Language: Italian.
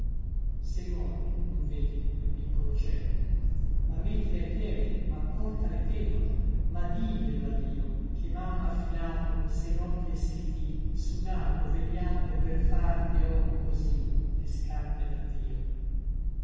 sei morto non vedi mio piccolo cieco ma mettile ai piedi ma portale teco ma diglielo a dio che mamma ha filato sei notti e sei dì sudato vegliato per farti oh così le scarpe davvio